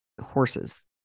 horses